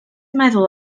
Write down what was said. meddwl